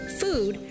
food